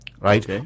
right